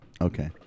Okay